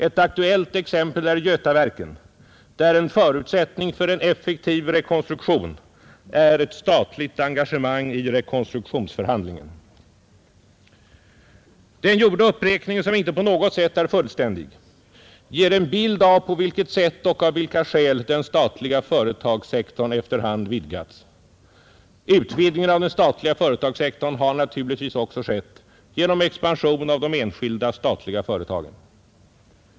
Ett aktuellt exempel är Götaverken där en förutsättning för en effektiv rekonstruktion är ett statligt engagemang i rekonstruktionsförhandlingen. Den gjorda uppräkningen, som inte på något sätt är fullständig, ger en bild av på vilket sätt och av vilka skäl den statliga företagssektorn efter hand vidgats. Utvidgningen av den statliga företagssektorn har naturligtvis också skett genom expansion av de enskilda, statliga företagen.